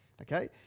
okay